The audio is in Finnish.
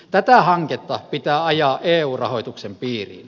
tätä hanketta pitää ajaa eu rahoituksen piiriin